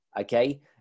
Okay